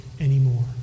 anymore